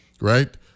Right